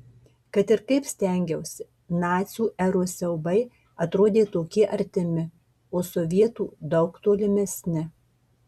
kad ir kaip stengiausi nacių eros siaubai atrodė tokie artimi o sovietų daug tolimesni